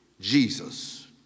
Jesus